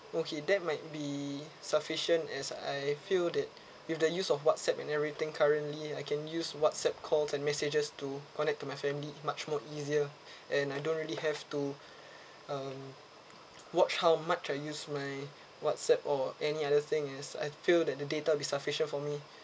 okay that might be sufficient as I feel that with the use of WhatsApp and everything currently I can use WhatsApp call and messages to connect to my family much more easier and I don't really have to um watch how much I use my WhatsApp or any other thing as I feel that the data be sufficient for me